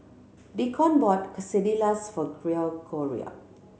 Deacon bought Quesadillas for